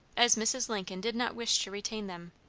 as mrs. lincoln did not wish to retain them.